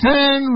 Ten